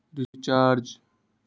Recharge कैसे करीब?